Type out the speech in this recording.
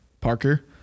Parker